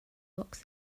box